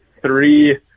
three